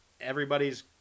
everybody's